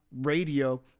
radio